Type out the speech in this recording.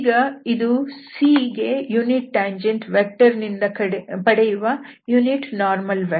ಈಗ ಇದು C ಗೆ ಯೂನಿಟ್ ಟ್ಯಾಂಜೆಂಟ್ ವೆಕ್ಟರ್ ನಿಂದ ಪಡೆಯುವ ಯೂನಿಟ್ ನಾರ್ಮಲ್ ವೆಕ್ಟರ್